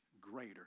greater